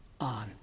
on